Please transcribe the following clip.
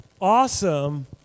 awesome